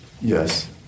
Yes